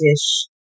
dish